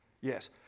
Yes